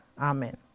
Amen